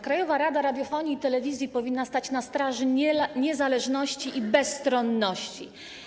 Krajowa Rada Radiofonii i Telewizji powinna stać na straży niezależności i bezstronności.